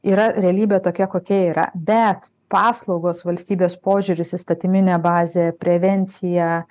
yra realybė tokia kokia yra bet paslaugos valstybės požiūris įstatyminė bazė prevencija